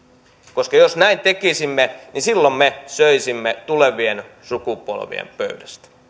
koska jos näin tekisimme niin silloin me söisimme tulevien sukupolvien pöydästä